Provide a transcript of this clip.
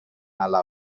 ala